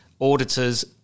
auditors